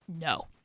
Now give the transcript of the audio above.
No